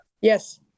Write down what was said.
Yes